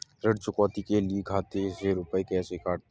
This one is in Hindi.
ऋण चुकौती के लिए खाते से रुपये कैसे कटते हैं?